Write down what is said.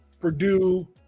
Purdue